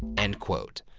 end quote.